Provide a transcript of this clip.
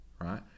right